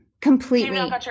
completely